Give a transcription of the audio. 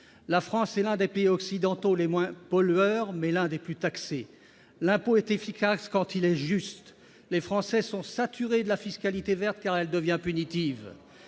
La France est l'un des pays occidentaux les moins pollueurs, mais les Français sont parmi les plus taxés. L'impôt est efficace quand il est juste. Les Français sont saturés de la fiscalité « verte » car elle devient punitive